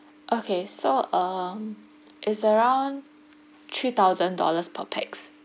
okay so um its around three thousand dollars per pax